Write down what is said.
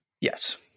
Yes